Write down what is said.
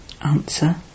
Answer